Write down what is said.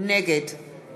נגד